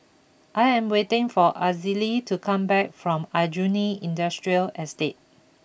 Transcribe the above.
I am waiting for Azalee to come back from Aljunied Industrial Estate